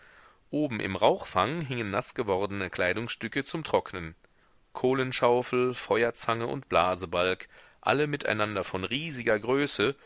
oben im rauchfang hingen naßgewordene kleidungsstücke zum trocknen kohlenschaufel feuerzange und blasebalg alle miteinander von riesiger größe